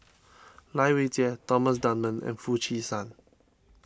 Lai Weijie Thomas Dunman and Foo Chee San